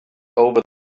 over